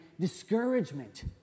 discouragement